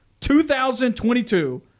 2022